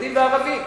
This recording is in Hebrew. חרדים וערבים.